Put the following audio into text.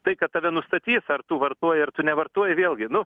tai kad tave nustatys ar tu vartoji ar tu nevartoji vėlgi nu